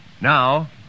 Now